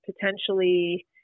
potentially –